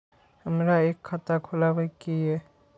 हमरा एक खाता खोलाबई के ये?